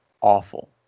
awful